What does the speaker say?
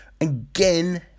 again